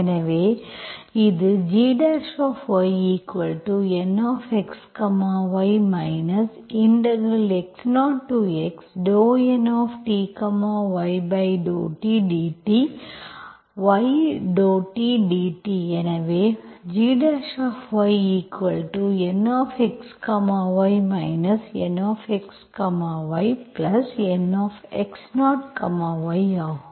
எனவே இது gyNxy x0x∂Nty∂t dt y∂t dt எனவே gyNxy NxyNx0y ஆகும்